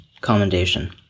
Commendation